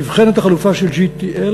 נבחנת החלופה של GTL,